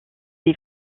des